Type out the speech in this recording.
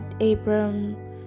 Abram